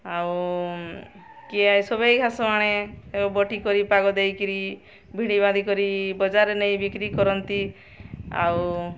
ଆଉ କିଏ ସବାଇଘାସ ଆଣେ ବଟି କରି ପାଗ ଦେଇକିରି ଭିଡ଼ି ବାନ୍ଧି କରି ବଜାରରେ ନେଇ ବିକ୍ରି କରନ୍ତି ଆଉ